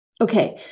okay